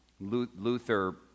luther